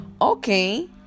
okay